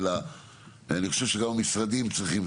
אני חושב שגם המשרדים צריכים.